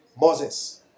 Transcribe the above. Moses